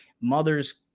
mothers